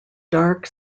dark